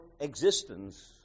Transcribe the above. existence